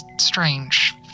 strange